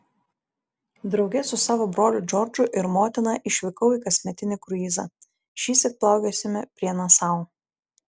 drauge su savo broliu džordžu ir motina išvykau į kasmetinį kruizą šįsyk plaukiosime prie nasau